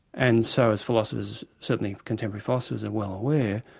and so as philosophers, certainly contemporary philosophers are well aware,